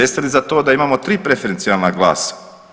Jeste li za to da imamo tri preferencijalna glasa?